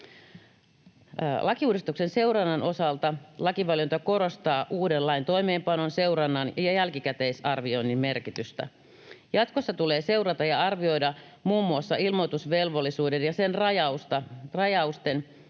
Lakiuudistuksen seurannan osalta lakivaliokunta korostaa uuden lain toimeenpanon, seurannan ja jälkikäteisarvioinnin merkitystä. Jatkossa tulee seurata ja arvioida muun muassa ilmoitusvelvollisuuden ja sen rajausten,